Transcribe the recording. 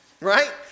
right